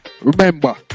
remember